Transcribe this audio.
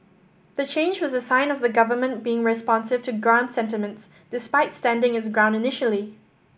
the change was a sign of the government being responsive to ground sentiments despite standing its ground initially